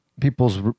people's